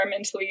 environmentally